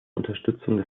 unterstützung